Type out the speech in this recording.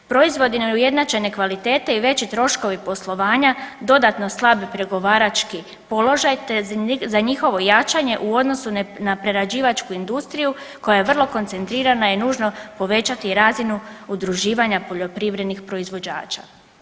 Proizvodi neujednačene kvalitete i veći troškovi poslovanja dodatno slabi pregovarački položaj, te za njihovo jačanje u odnosu na prerađivačku industriju koja je vrlo koncentrirana je nužno povećati razinu udruživanja poljoprivrednih proizvođača.